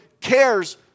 cares